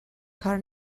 کار